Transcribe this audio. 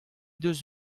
deus